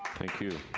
thank you.